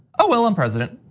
ah well, i'm president.